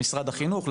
למשרד החינוך,